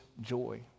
joy